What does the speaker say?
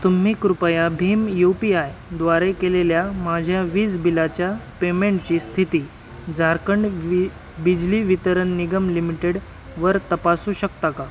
तुम्ही कृपया भीम यू पी आय द्वारे केलेल्या माझ्या वीज बिलाच्या पेमेंटची स्थिती झारखंड वि बिजली वितरण निगम लिमिटेड वर तपासू शकता का